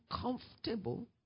comfortable